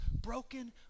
broken